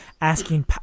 asking